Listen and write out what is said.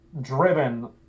driven